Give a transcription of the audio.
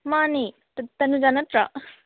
ꯃꯥꯟꯅꯦ ꯇꯅꯨꯖꯥ ꯅꯠꯇ꯭ꯔꯣ